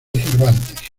cervantes